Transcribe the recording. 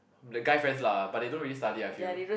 the guy friends lah but they don't really study I feel